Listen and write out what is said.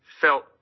felt